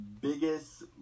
biggest